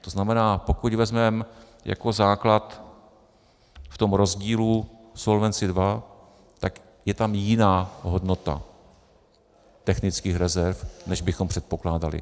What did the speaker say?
To znamená, pokud vezmeme jako základ v tom rozdílu Solvency II, tak je tam jiná hodnota technických rezerv, než bychom předpokládali.